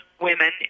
women